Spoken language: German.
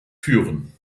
führen